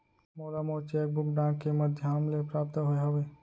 मोला मोर cheque book डाक के मध्याम ले प्राप्त होय हवे